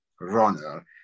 runner